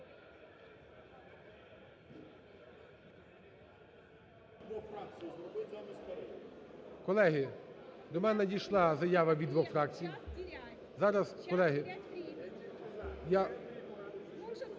Колеги, до мене надійшла заява від двох фракцій. Зараз, колеги, я